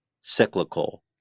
cyclical